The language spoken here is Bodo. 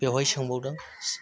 बेवहाय सोंबावदों